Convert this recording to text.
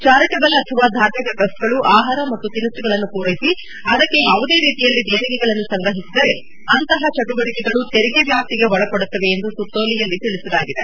charitable ಅಥವಾ ಧಾರ್ಮಿಕ ಟ್ರಸ್ಟ್ಗಳು ಆಹಾರ ಮತ್ತು ತಿನಿಸುಗಳನ್ನು ಪೂರೈಸಿ ಅದಕ್ಕೆ ಯಾವುದೇ ರೀತಿಯಲ್ಲಿ ದೇಣಿಗೆಗಳನ್ನು ಸಂಗ್ರಹಿಸಿದರೆ ಅಂತಹ ಚಟುವಟಿಕೆಗಳು ತೆರಿಗೆ ವ್ಯಾಪ್ತಿಗೆ ಒಳಪಡುತ್ತವೆ ಎಂದು ಸುತ್ತೋಲೆಯಲ್ಲಿ ತಿಳಿಸಲಾಗಿದೆ